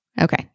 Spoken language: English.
Okay